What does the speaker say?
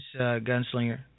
Gunslinger